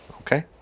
okay